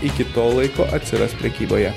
iki to laiko atsiras prekyboje